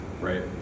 right